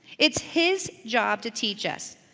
it's his job to teach us.